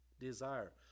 desire